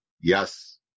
yes